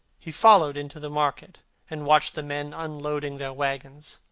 he followed into the market and watched the men unloading their waggons.